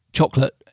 chocolate